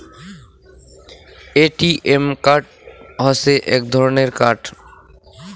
ATM card হসে এক ধরণের কার্ড